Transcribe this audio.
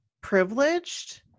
privileged